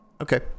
Okay